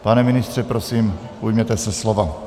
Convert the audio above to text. Pane ministře, prosím, ujměte se slova.